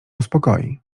uspokoi